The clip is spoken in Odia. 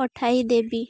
ପଠାଇ ଦେବି